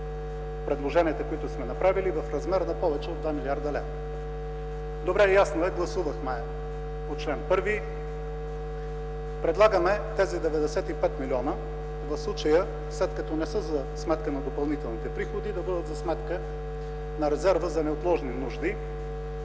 предложенията, които сме направили, в размер на повече от 2 млрд. лв. Добре, ясно е – гласувахме по чл. 1. Предлагаме тези 95 милиона в случая, след като не са за сметка на допълнителните приходи, да бъдат за сметка на резерва за неотложни нужди,